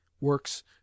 WORKS